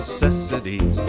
Necessities